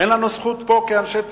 אין לנו זכות לשבת פה כנבחרי ציבור,